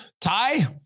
Ty